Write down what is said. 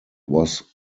was